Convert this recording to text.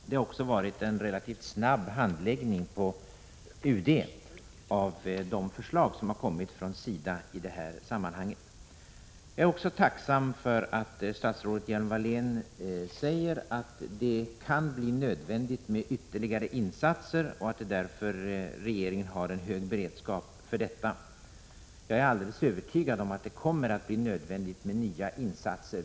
Det har också varit en relativt snabb handläggning på UD av de förslag som i det här sammanhanget kommit från SIDA. Jag är också tacksam för att statsrådet Lena Hjelm-Wallén säger att det kan bli nödvändigt med ytterligare insatser och att regeringen därför har en hög beredskap. Jag är alldeles övertygad om att det kommer att bli nödvändigt med nya insatser.